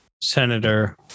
Senator